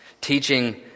teaching